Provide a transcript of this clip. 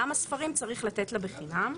למה ספרים צריך לתת לה בחינם?